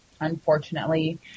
unfortunately